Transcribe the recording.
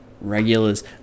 regulars